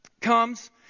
comes